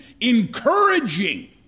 encouraging